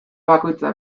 bakoitza